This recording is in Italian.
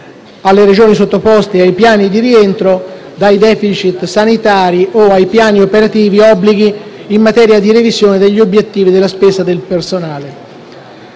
alle Regioni sottoposte ai piani di rientro dai *deficit* sanitari o ai piani operativi obblighi in materia di revisione degli obiettivi di spesa del personale.